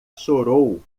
chorou